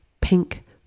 pink